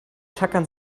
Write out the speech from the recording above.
tackern